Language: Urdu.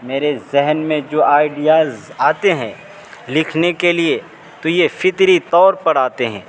میرے ذہن میں جو آئیڈیاز آتے ہیں لکھنے کے لیے تو یہ فطری طور پر آتے ہیں